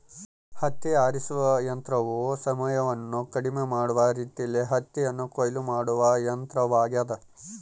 ಹತ್ತಿ ಆರಿಸುವ ಯಂತ್ರವು ಸಮಯವನ್ನು ಕಡಿಮೆ ಮಾಡುವ ರೀತಿಯಲ್ಲಿ ಹತ್ತಿಯನ್ನು ಕೊಯ್ಲು ಮಾಡುವ ಯಂತ್ರವಾಗ್ಯದ